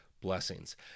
blessings